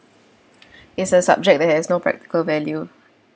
it's a subject that has no practical value